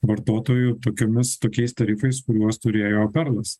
vartotojų tokiomis tokiais tarifais kuriuos turėjo perlas